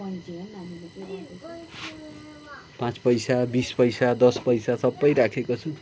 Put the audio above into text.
पाँच पैसा बिस पैसा दस पैसा सबै राखेको छु